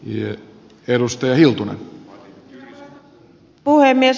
arvoisa herra puhemies